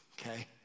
okay